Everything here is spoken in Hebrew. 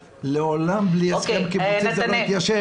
לעולם בלי הסכם קיבוצי זה לא יתיישר.